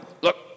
look